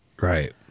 Right